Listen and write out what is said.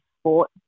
sport